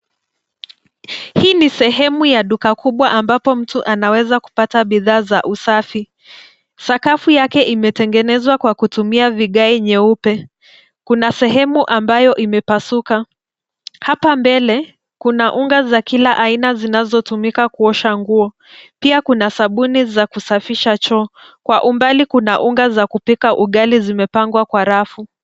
Hii ni sehemu ya duka kubwa ambapo mtu anaweza kupata bidhaa za usafi. Sakafu yake imetengenezwa kwa kutumia vigai nyeupe. Kuna sehemu ambayo imepasuka. Hapa mbele kuna unga za kila aina zinazotumika kuosha nguo. Pia kuna sabuni za kusafisha choo kwa umbali kuna unga za kupika ugali zimepangwa kwa rafu.